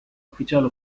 ufficiale